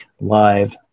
live